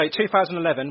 2011